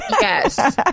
Yes